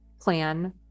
plan